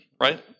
right